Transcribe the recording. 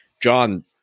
John